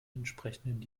entsprechenden